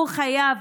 הוא חייב,